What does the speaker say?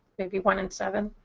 maybe one in seven.